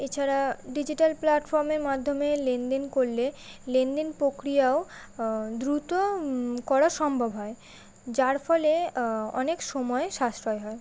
এছাড়া ডিজিটাল প্ল্যাটফর্মের মাধ্যমে লেনদেন করলে লেনদেন প্রক্রিয়াও দ্রুত করা সম্ভব হয় যার ফলে অনেক সময় সাশ্রয় হয়